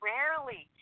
Rarely